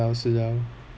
死 liao 死 liao